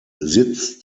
sitz